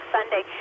Sunday